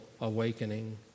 awakening